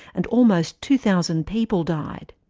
and almost two thousand people died.